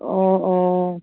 অঁ অঁ